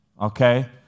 okay